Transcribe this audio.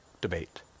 debate